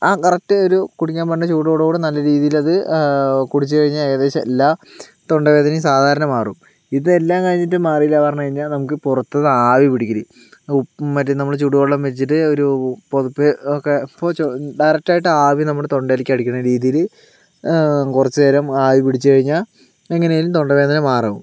ആ കറക്റ്റ് ഒരു കുടിക്കാൻ പറഞ്ഞ ചൂടോടെ നല്ല രീതിയിൽ അത് കുടിച്ച് കഴിഞ്ഞാൽ ഏകദേശം എല്ലാ തൊണ്ട വേദനയും സാധാരണ മാറും ഇതെല്ലാം കഴിഞ്ഞിട്ടും മാറിയില്ല പറഞ്ഞു കഴിഞ്ഞാൽ നമുക്ക് പുറത്തു നിന്ന് ആവി പിടിക്കല് ഉപ്പും മറ്റ് നമ്മളെ ചുടുവെള്ളവും വെച്ചിട്ട് ഒരു പുതപ്പൊക്കെ പുതച്ച് ഡയറക്ട് ആയിട്ട് ആവി നമ്മുടെ തൊണ്ടയിലേക്ക് അടിക്കുന്ന രീതിയിൽ കുറച്ചു നേരം ആവി പിടിച്ചു കഴിഞ്ഞാൽ എങ്ങനെയെങ്കിലും തൊണ്ടവേദന മാറും